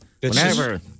whenever